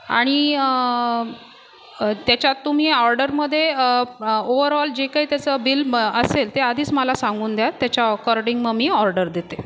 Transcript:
आणि त्याच्यात तुम्ही ऑर्डरमध्ये ओव्हरऑल जे काही त्याचं बिल मग असेल ते आधीच मला सांगून द्या त्याच्या अकॉर्डिंग मग मी ऑर्डर देते